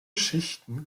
schichten